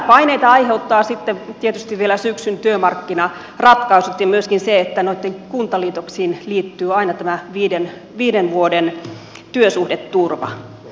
lisäpaineita aiheuttaa sitten tietysti vielä syksyn työmarkkinaratkaisut ja myöskin se että noihin kuntaliitoksiin liittyy aina tämä viiden vuoden työsuhdeturva